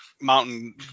mountain